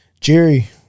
Jerry